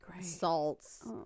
salts